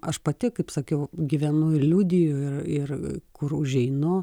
aš pati kaip sakiau gyvenu ir liudiju ir ir kur užeinu